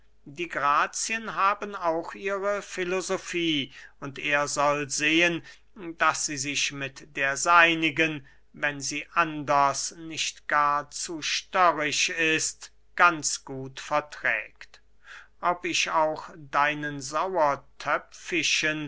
die grazien haben auch ihre filosofie und er soll sehen daß sie sich mit der seinigen wenn sie anders nicht gar zu störrisch ist ganz gut verträgt ob ich auch deinen